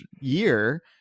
year